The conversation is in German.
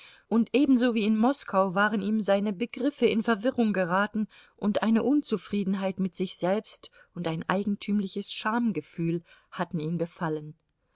und ebenso wie in moskau waren ihm seine begriffe in verwirrung geraten und eine unzufriedenheit mit sich selbst und ein eigentümliches schamgefühl hatten ihn befallen